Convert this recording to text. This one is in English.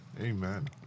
Amen